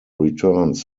returns